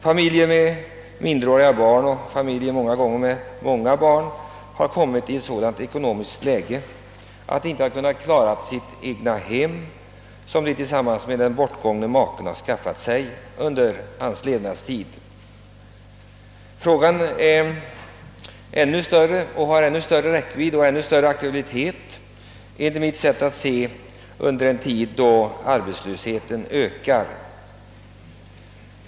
Kvinnor med minderåriga barn har råkat i ett sådant ekonomiskt trångmål att de inte kunnat klara det egnahem som de skaffat tillsammans med maken under hans livstid. Frågan får ännu större räckvidd och aktualitet under en tid då arbetslösheten ökar.